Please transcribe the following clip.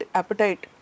appetite